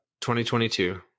2022